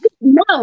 No